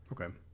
Okay